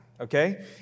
Okay